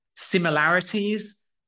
similarities